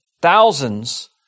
Thousands